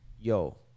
yo